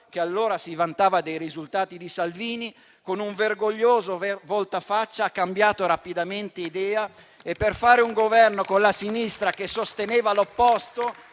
che allora si vantava dei risultati di Salvini, con un vergognoso voltafaccia ha cambiato rapidamente idea e, per fare un Governo con la sinistra che sosteneva l'opposto,